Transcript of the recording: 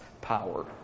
power